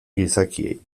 gizakiei